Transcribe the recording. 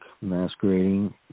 masquerading